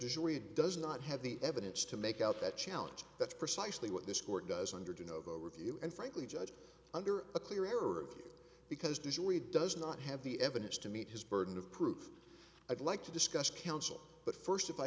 read does not have the evidence to make out that challenge that's precisely what this court does under the novo review and frankly judge under a clear error because destroyed does not have the evidence to meet his burden of proof i'd like to discuss counsel but first if i